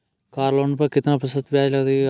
Car loan पर कितना प्रतिशत ब्याज लगेगा?